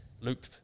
loop